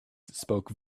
spoke